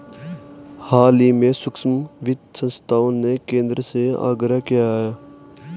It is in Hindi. हाल ही में सूक्ष्म वित्त संस्थाओं ने केंद्र से आग्रह किया है